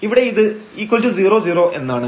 ഇവിടെ ഇത് 00 എന്നാണ്